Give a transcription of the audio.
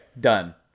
done